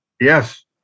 Yes